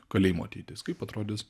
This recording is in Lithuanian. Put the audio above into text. kalėjimo ateitis kaip atrodys